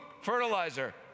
fertilizer